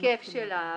בהיקף שלה,